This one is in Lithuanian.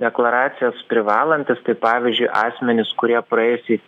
deklaracijas privalantys tai pavyzdžiui asmenys kurie praėjusiais